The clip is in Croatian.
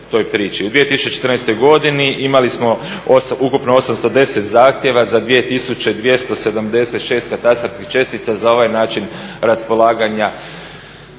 U 2014. godini imali smo ukupno 810 zahtjeva za 2276 katastarskih čestica za ovaj način raspolaganja